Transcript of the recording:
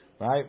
Right